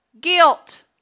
Guilt